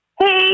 Hey